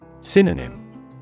Synonym